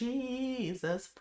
Jesus